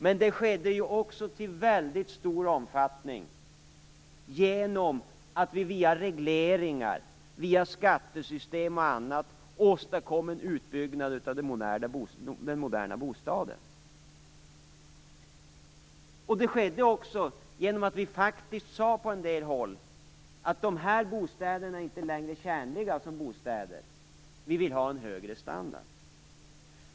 Men det skedde i stor omfattning genom att vi via regleringar, skattesystem osv. åstadkom en utbyggnad av den moderna bostaden. Det skedde genom att på en del håll säga att dessa bostäder inte längre är tjänliga som bostäder. Det skall vara en högre standard.